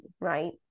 right